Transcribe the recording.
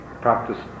practice